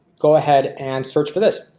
go ahead and search for this.